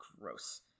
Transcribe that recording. gross